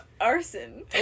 Arson